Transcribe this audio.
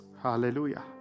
Hallelujah